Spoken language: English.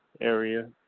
area